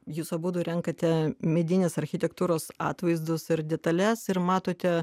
jūs abudu renkate medinės architektūros atvaizdus ar detales ir matote